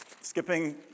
Skipping